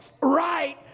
right